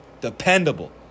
dependable